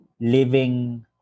living